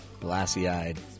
glassy-eyed